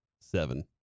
Seven